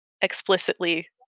explicitly